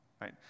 right